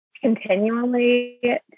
continually